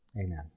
Amen